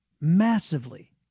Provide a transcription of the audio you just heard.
massively